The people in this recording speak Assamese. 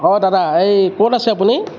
অঁ দাদা এই ক'ত আছে আপুনি